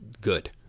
good